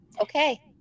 Okay